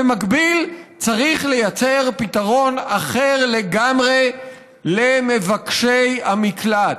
במקביל צריך ליצור פתרון אחר לגמרי למבקשי המקלט.